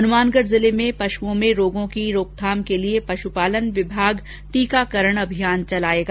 हनुमानगढ जिले में पशुओं में रोगों की रोकथाम के लिए पशुपालन विभाग टीकाकरण अभियान चलाएगा